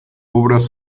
obras